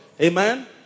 Amen